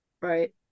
Right